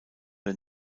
der